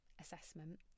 assessment